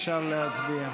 אפשר להצביע.